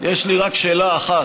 יש לי רק שאלה אחת: